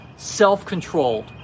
self-controlled